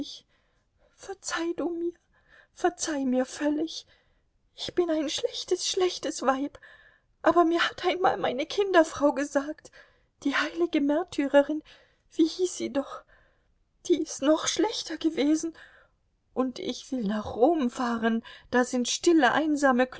verzeih du mir verzeih mir völlig ich bin ein schlechtes schlechtes weib aber mir hat einmal meine kinderfrau gesagt die heilige märtyrerin wie hieß sie doch die ist noch schlechter gewesen und ich will nach rom fahren da sind stille einsame